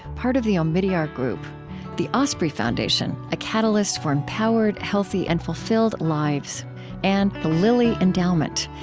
part of the omidyar group the osprey foundation a catalyst for empowered, healthy, and fulfilled lives and the lilly endowment,